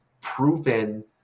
proven